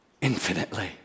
infinitely